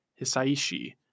Hisaishi